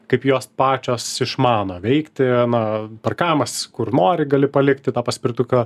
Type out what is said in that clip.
kaip jos pačios išmano veikti na parkavimasis kur nori gali palikti tą paspirtuką